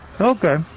Okay